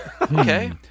okay